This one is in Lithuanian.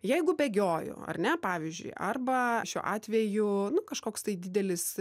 jeigu bėgioju ar ne pavyzdžiui arba šiuo atveju kažkoks tai didelis